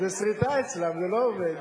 זו סריטה אצלם, זה לא עובד.